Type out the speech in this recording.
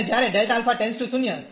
અને જ્યારે Δ α → 0